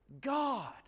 God